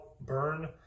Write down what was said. burn